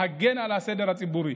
להגן על הסדר הציבורי,